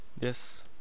Yes